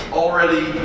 already